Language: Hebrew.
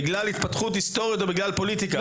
בגלל התפתחות היסטורית או בגלל פוליטיקה.